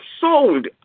sold